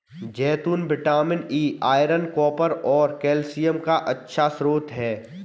जैतून vitamin E, iron, copper और calcium का अच्छा स्रोत हैं